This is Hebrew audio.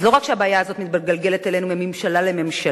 אז לא רק שהבעיה הזאת מתגלגלת אלינו מממשלה לממשלה,